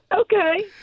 okay